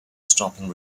stopping